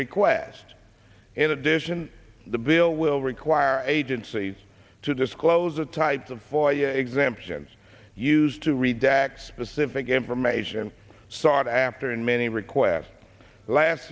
request in addition the bill will require agencies to disclose the type of foyer exemptions used to read back specific information sought after in many requests last